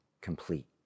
complete